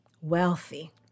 wealthy